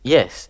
Yes